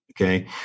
okay